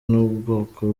n’ubwoko